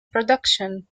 production